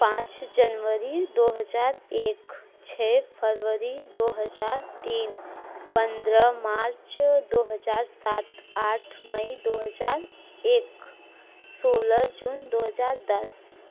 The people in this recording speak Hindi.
पाँच जनवरी दो हज़ार एक छः फरवरी दो हज़ार तीन पंद्रह मार्च दो हज़ार सात आठ मई दो हज़ार एक सोलह जून दो हज़ार दस